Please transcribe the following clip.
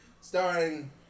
starring